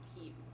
keep